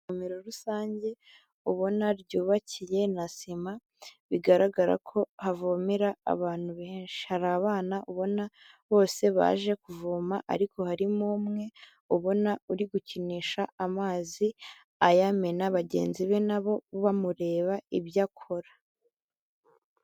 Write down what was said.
Isomero rusange ubona ryubakiye na sima bigaragara ko havomera abantu benshi. Hari abana ubona bose baje kuvoma ariko harimo umwe ubona uri gukinisha amazi ayamena, bagenzi be nabo bamureba ibyo akora.